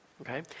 okay